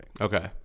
Okay